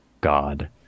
god